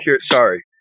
Sorry